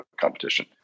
competition